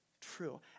true